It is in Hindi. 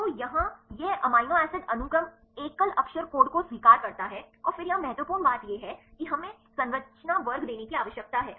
तो यहाँ यह अमीनो एसिड अनुक्रम एकल अक्षर कोड को स्वीकार करता है और फिर यहाँ महत्वपूर्ण बात यह है कि हमें संरचना वर्ग देने की आवश्यकता है